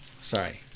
sorry